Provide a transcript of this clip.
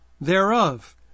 thereof